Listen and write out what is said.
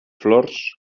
flors